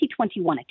2021